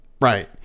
Right